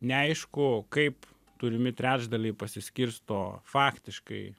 neaišku kaip turimi trečdaliai pasiskirsto faktiškai